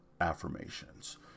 affirmations